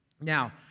Now